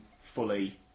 fully